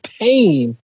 pain